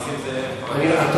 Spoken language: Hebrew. חבר הכנסת נסים זאב, נא לסיים.